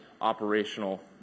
operational